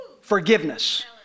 Forgiveness